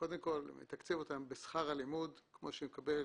קודם כל, בשכר הלימוד, כמו שמקבל